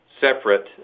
separate